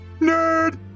Nerd